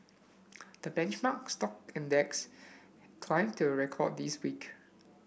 the benchmark stock index climbed to a record this week